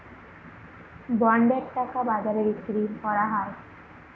বন্ডের টাকা বাজারে বিক্রি করা হয়